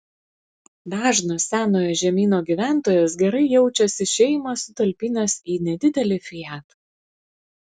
dažnas senojo žemyno gyventojas gerai jaučiasi šeimą sutalpinęs į nedidelį fiat